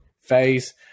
phase